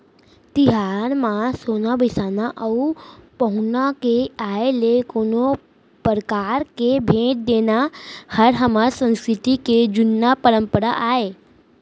तिहार म सोन बिसाना अउ पहुना के आय ले कोनो परकार के भेंट देना हर हमर संस्कृति के जुन्ना परपंरा आय